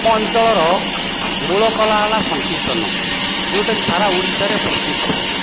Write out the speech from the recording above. ଅଞ୍ଚଳର ମୂଳ କଳା ହେଲା ସଂକୀର୍ତ୍ତନ ଯେଉଁଟାକି ସାରା ଓଡ଼ିଶାରେ ପ୍ରସିଦ୍ଧ